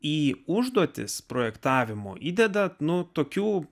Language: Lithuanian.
į užduotis projektavimo įdeda nuo tokių